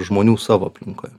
žmonių savo aplinkoje